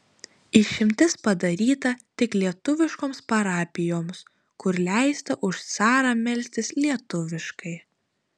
išimtis padaryta tik lietuviškoms parapijoms kur leista už carą melstis lietuviškai